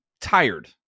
tired